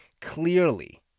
clearly